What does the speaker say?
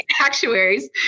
actuaries